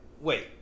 wait